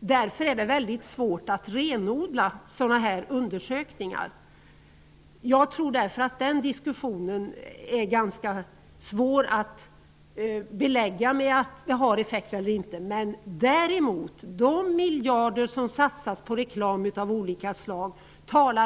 Därför är det väldigt svårt att renodla sådana här undersökningar. Jag tror därför att det är svårt att belägga att reklam har effekt eller inte har effekt. Däremot talar de miljarder som satsas på reklam av olika slag